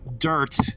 dirt